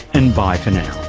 and bye for now